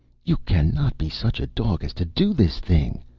you cannot be such a dog as to do this thing!